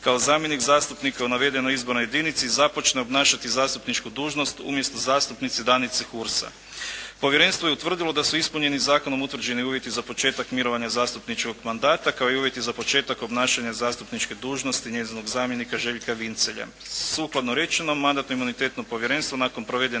kao zamjenik zastupnika u navedenoj izbornoj jedinici započne obnašati zastupničku dužnost umjesto zastupnice Danice Hursa. Povjerenstvo je utvrdilo da su ispunjeni zakonom utvrđeni uvjeti za početak mirovanja zastupničkog mandata kao i uvjeti za početak obnašanja zastupničke dužnosti, njezinog zamjenika Željka Vincelja. Sukladno rečenom Mandatno-imunitetno povjerenstvo nakon provedene